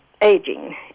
aging